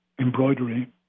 embroidery